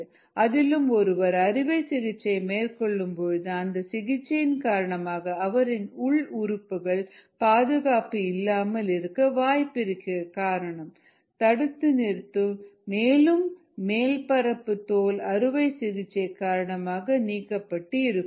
அதிலும் ஒருவர் அறுவை சிகிச்சை மேற்கொள்ளும் பொழுது அந்த சிகிச்சையின் காரணமாக அவரின் உள் உறுப்புகள் பாதுகாப்பு இல்லாமல் இருக்க வாய்ப்பு இருக்கிறது காரணம் தடுத்து நிறுத்தும் மேல் பரப்பு தோல் அறுவை சிகிச்சை காரணமாக நீக்கப்பட்டு இருக்கும்